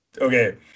Okay